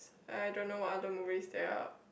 I don't know what other movies there are